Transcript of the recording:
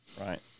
right